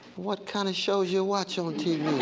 what kind of shows you watch on tv?